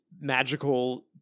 magical